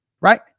Right